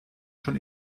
schon